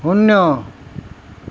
শূন্য